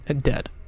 Dead